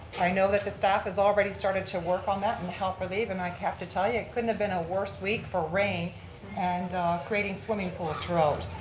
i know that the staff has already started to work on that and help relieve and i have to tell you it couldn't have been a worse week for rain and creating swimming pools throughout.